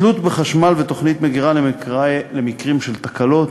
תלות בחשמל ותוכנית מגירה למקרים של תקלות,